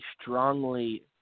strongly